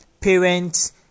Parents